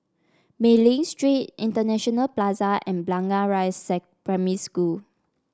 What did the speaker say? Mei Ling Street International Plaza and Blangah Rise Primary School